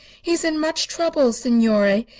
he is in much trouble, signore,